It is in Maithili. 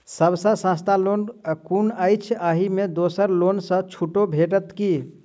सब सँ सस्ता लोन कुन अछि अहि मे दोसर लोन सँ छुटो भेटत की?